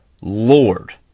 Lord